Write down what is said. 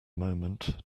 moment